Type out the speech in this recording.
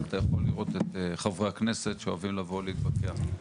אתה יכול לראות את חברי הכנסת שאוהבים לבוא להתווכח.